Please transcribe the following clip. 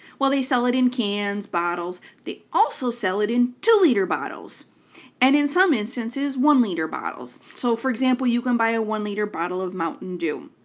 well they sell it in cans, bottles they also sell it in two liter bottles and in some instances one liter bottles. so for example, you can buy a one liter bottle of mountain dew.